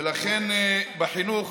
ולכן, בחינוך